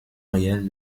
réel